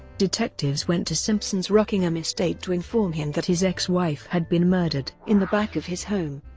detectives went to simpson's rockingham estate to inform him that his ex-wife had been murdered. in the back of his home,